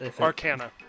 Arcana